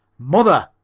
mother,